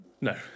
No